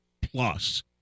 plus